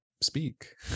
speak